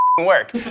work